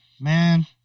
Man